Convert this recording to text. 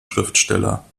schriftsteller